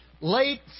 late